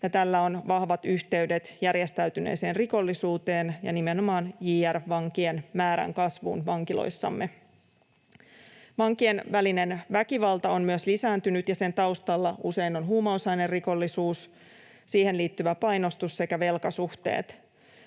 tällä on vahvat yhteydet järjestäytyneeseen rikollisuuteen ja nimenomaan JR-vankien määrän kasvuun vankiloissamme. Vankien välinen väkivalta on myös lisääntynyt, ja sen taustalla ovat usein huumausainerikollisuus, siihen liittyvä painostus sekä velkasuhteet.